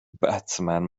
بتمن